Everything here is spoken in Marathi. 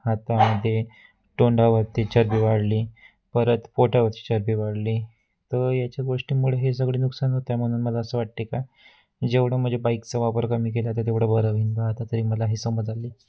हाता मन तोंडावरती चरबी वाढली परत पोटावरची चरबी वाढली तर याच्या गोष्टीमुळे हे सगळे नुकसान होत आहे म्हणून मला असं वाटते का जेवढं म्हणजे बाईकचा वापर कमी केला तर तेवढं बरं होईन बा आता तरी मला हे समज आली